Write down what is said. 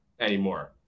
anymore